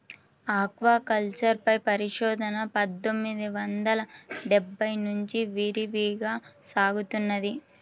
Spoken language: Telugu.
ఆక్వాకల్చర్ పై పరిశోధన పందొమ్మిది వందల డెబ్బై నుంచి విరివిగా సాగుతున్నది